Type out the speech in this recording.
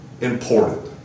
important